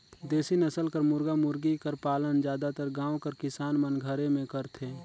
देसी नसल कर मुरगा मुरगी कर पालन जादातर गाँव कर किसान मन घरे में करथे